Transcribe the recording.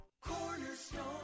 Cornerstone